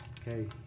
Okay